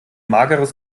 mageres